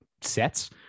sets